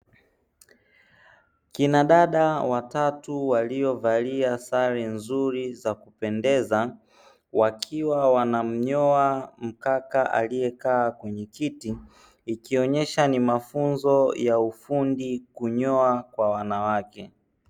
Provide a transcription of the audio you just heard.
Kina dada watatu waliovalia sare nzuri za kupendeza, wakiwa wanamnyoa mkaka aliyekaa kwenye kiti; ikionyesha ni mafunzo ya ufundi kunyoa kwa wanawake.